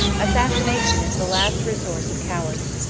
assassination is the last resource of cowards.